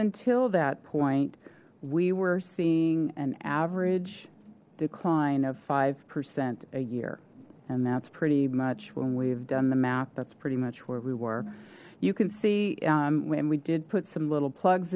until that point we were seeing an average decline of five percent a year and that's pretty much when we've done the math that's pretty much where we were you can see and we did put some little plugs